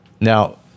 now